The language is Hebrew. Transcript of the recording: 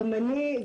גם אני,